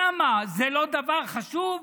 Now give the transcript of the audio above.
למה, זה לא דבר חשוב,